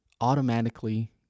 automatically